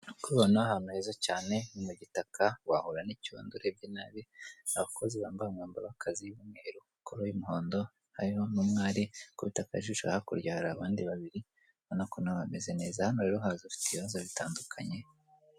Ibidukikije bigizwe n'imikindo, inzu iherereye i Kanombe, ibyatsi birandaranda bikikije urugo.